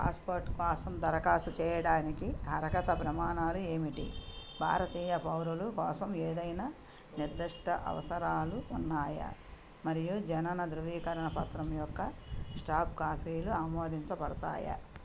passport కోసం దరఖాస్తు చేయడానికి అర్హత ప్రమాణాలు ఏమిటి భారతీయ పౌరులు కోసం ఏదైనా నిర్దిష్ట అవసరాలు ఉన్నాయా మరియు జనన ధృవీకరణ పత్రం యొక్క సాఫ్ట్ కాపీలు ఆమోదించబడతాయా